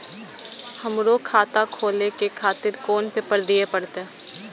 हमरो खाता खोले के खातिर कोन पेपर दीये परतें?